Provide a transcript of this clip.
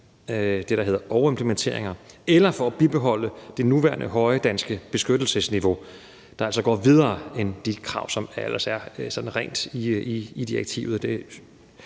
eksisterende overimplementeringer eller for at bibeholde det nuværende høje danske beskyttelsesniveau, der altså går videre end de krav, der ellers er i direktivet.